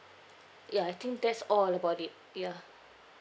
ya I think that's all about it yeah